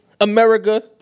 America